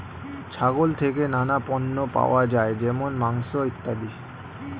ছাগল থেকে নানা পণ্য পাওয়া যায় যেমন মাংস, ইত্যাদি